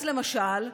למשל,